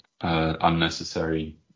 unnecessary